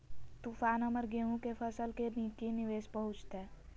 तूफान हमर गेंहू के फसल के की निवेस पहुचैताय?